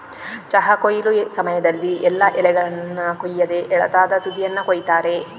ಚಹಾ ಕೊಯ್ಲು ಸಮಯದಲ್ಲಿ ಎಲ್ಲಾ ಎಲೆಗಳನ್ನ ಕೊಯ್ಯದೆ ಎಳತಾದ ತುದಿಯನ್ನ ಕೊಯಿತಾರೆ